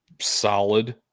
solid